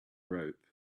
rope